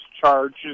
charges